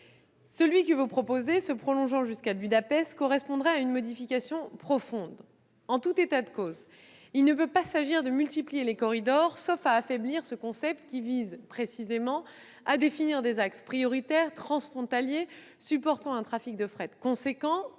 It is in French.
que vous proposez, en se prolongeant jusqu'à Budapest, correspondrait à une modification profonde de l'existant. En tout état de cause, il ne peut s'agir de multiplier les corridors, sauf à affaiblir ce concept, qui vise précisément à définir des axes prioritaires transfrontaliers supportant un trafic de fret important,